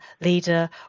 leader